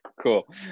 cool